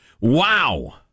wow